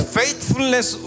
faithfulness